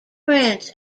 branch